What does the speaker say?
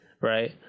right